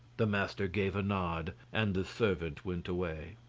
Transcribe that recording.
the master gave a nod and the servant went away.